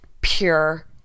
pure